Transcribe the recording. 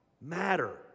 matter